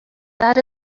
that